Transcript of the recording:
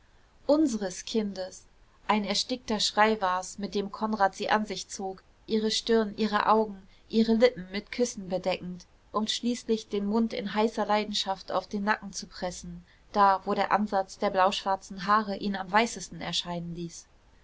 unsres kindes ein erstickter schrei war's mit dem konrad sie an sich zog ihre stirn ihre augen ihre lippen mit küssen bedeckend um schließlich den mund in heißer leidenschaft auf den nacken zu pressen da wo der ansatz der blauschwarzen haare ihn am weißesten erscheinen ließ